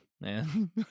man